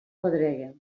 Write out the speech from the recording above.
pedregue